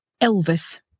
Elvis